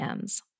Ms